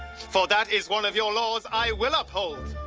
for that is one of your laws i will uphold,